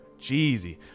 Jeezy